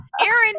Aaron